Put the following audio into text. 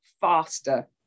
faster